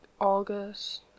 August